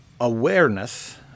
awareness